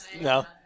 No